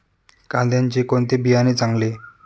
कांद्याचे कोणते बियाणे चांगले?